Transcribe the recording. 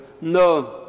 No